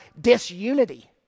disunity